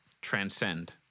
transcend